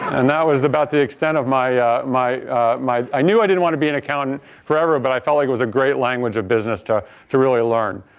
and that was about the extent of my my i knew i didn't want to be an accountant forever, but i felt like it was a great language of business to to really learn.